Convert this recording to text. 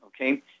okay